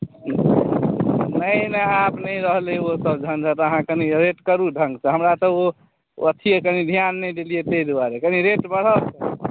नहि नहि आब नहि रहलैए ओ सभ झञ्झट अहाँ कनि रेट करू ढङ्गसँ हमरा तऽ ओ अथिये कनि ध्यान नहि देलियै ताहि दुआरे कनि रेट बढ़ाउ